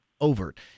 Overt